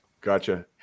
Gotcha